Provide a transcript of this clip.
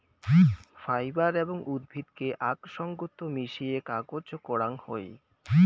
fibre এবং উদ্ভিদকে আক সঙ্গত মিশিয়ে কাগজ করাং হই